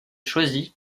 choisi